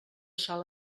sal